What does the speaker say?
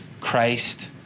Christ